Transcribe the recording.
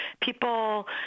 People